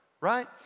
right